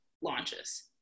launches